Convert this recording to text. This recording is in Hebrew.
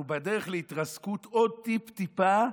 אנחנו בדרך להתרסקות עוד טיפ-טיפה,